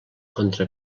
contra